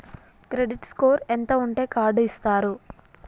Credit score ఎంత ఉంటే card ఇస్తారు?